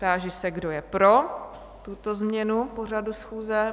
Táži se, kdo je pro tuto změnu pořadu schůze?